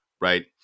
Right